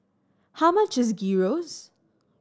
how much is Gyros